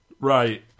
Right